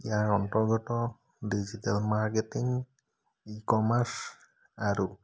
ইয়াৰ অন্তৰ্গত digital marketing e commerce আৰু